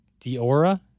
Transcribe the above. Diora